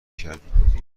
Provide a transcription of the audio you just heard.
کردیم